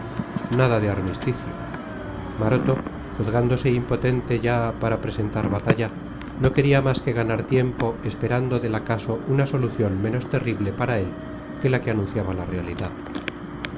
nada de armisticio maroto juzgándose impotente ya para presentar batalla no quería más que ganar tiempo esperando del acaso una solución menos terrible para él que la que anunciaba la realidad